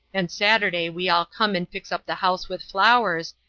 and saturday we all come and fix up the house with flowers,